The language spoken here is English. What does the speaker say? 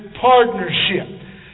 partnership